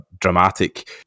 dramatic